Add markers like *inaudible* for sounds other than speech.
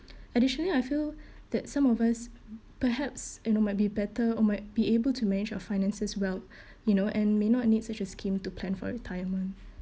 additionally I feel that some of us perhaps you know might be better or might be able to manage our finances well *breath* you know and may not need such a scheme to plan for retirement